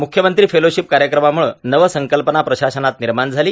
मुख्यमंत्री फेलोशिप कार्यक्रमामुळे नवसंकल्पना प्रशासनात निर्माण झाली